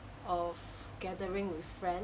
of gathering with friends